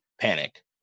panic